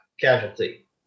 casualty